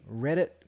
Reddit